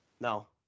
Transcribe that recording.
No